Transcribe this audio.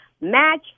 Match